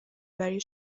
برای